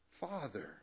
father